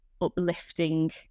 uplifting